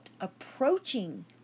approaching